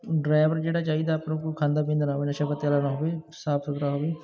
driver ਜਿਹੜਾ ਚਾਹੀਦਾ ਆਪਾਂ ਨੂੰ ਕੋਈ ਖਾਂਦਾ ਪੀਂਦਾ ਨਾ ਹੋਵੇ ਨਸ਼ਾ ਪੱਤੇ ਵਾਲਾ ਨਾ ਹੋਵੇ ਸਾਫ ਸੁਥਰਾ ਹੋਵੇ